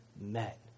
met